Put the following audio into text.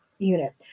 unit